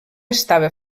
estava